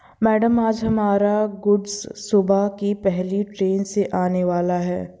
madam आज हमारा goods सुबह की पहली ट्रैन से आने वाला है